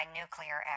nuclear